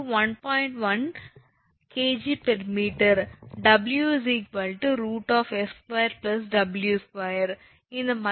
1 𝐾𝑔𝑚 𝑊𝑒 √𝐹2𝑊2 இந்த மதிப்புகள் 𝑊𝑒 √ 1